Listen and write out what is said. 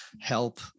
help